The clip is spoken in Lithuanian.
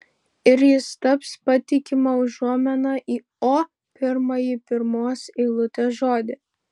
ir jis taps patikima užuomina į o pirmąjį pirmos eilutės žodį